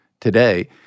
today